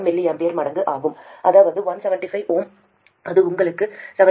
1 mA மடங்கு ஆகும் அதாவது 175 Ω இது உங்களுக்கு 17